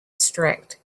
strict